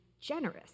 generous